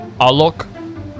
Alok